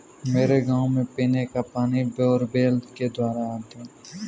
मेरे गांव में पीने का पानी बोरवेल के द्वारा आता है